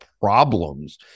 problems